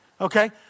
okay